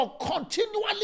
continually